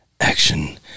action